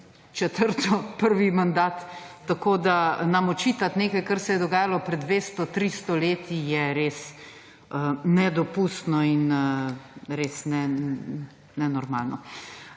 Četrto, prvi mandat. Tako, da nam očitati nekaj, kar se je dogajalo pred 200, 300 leti, je res nedopustno in res nenormalno.